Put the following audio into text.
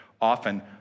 often